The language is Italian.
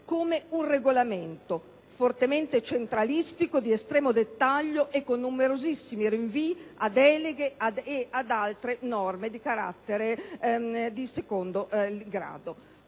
come un regolamento, fortemente centralistico, di estremo dettaglio e con numerosissimi rinvii a deleghe e ad altre norme di secondo grado.